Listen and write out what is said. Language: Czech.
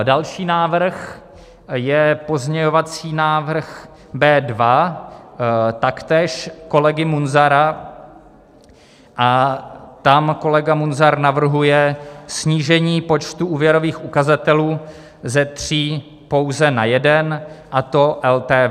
Další návrh je pozměňovací návrh B2, taktéž kolegy Munzara, a tam kolega Munzar navrhuje snížení počtu úvěrových ukazatelů ze tří pouze na jeden, a to LTV.